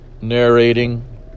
narrating